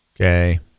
Okay